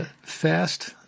Fast